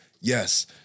yes